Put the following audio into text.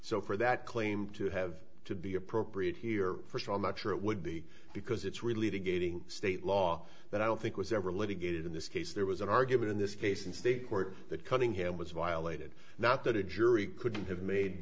so for that claim to have to be appropriate here first of all not sure it would be because it's really to gating state law that i don't think was ever litigated in this case there was an argument in this case in state court that cunningham was violated not that it jury couldn't have made